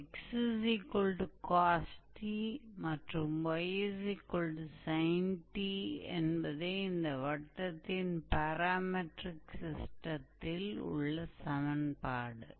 तो जैसा कि जो मूल रूप से इकाई त्रिज्या या पैरामीट्रिक कार्टेशियन के साथ एक सर्कल का समीकरण है